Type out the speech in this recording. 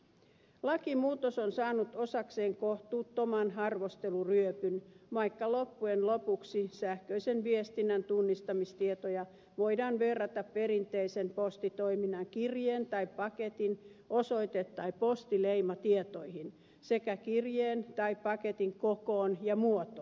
lakimuutos on saanut osakseen kohtuuttoman arvosteluryöpyn vaikka loppujen lopuksi sähköisen viestinnän tunnistamistietoja voidaan verrata perinteisen postitoiminnan kirjeen tai paketin osoite tai postileimatietoihin sekä kirjeen tai paketin kokoon ja muotoon